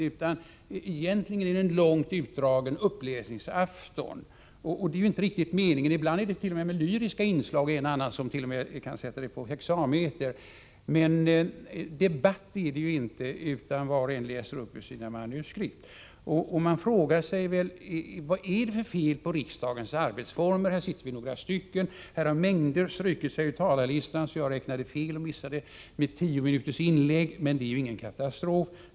Det är i själva verket en långt utdragen uppläsningsafton, och det är inte riktigt meningen. Ibland finns det t.o.m. lyriska inslag, en och annan skriver dessutom på hexameter. Debatt är det inte, utan var och en läser upp sina manuskript. Man frågar sig vad det är för fel på riksdagens arbetsformer. Här sitter vi några stycken, och många har strukit sig ur talarlistan. Jag räknade därför fel och missade mitt tiominuters inlägg. Det är dock ingen katastrof.